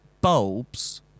bulbs